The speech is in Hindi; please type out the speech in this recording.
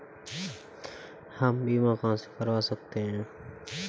हम बीमा कहां से करवा सकते हैं?